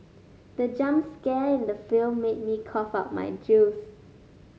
the jump scare in the film made me cough out my juice